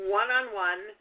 one-on-one